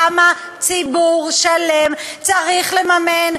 למה ציבור שלם צריך לממן,